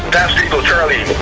eagle charlie.